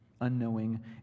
unknowing